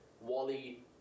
Wally